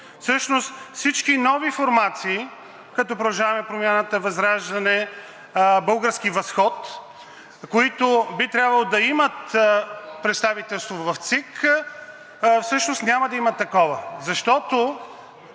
Всъщност всички нови формации, като „Продължаваме Промяната“, ВЪЗРАЖДАНЕ, „Български възход“, които би трябвало да имат представителство в ЦИК, всъщност няма да имат такова. Защото,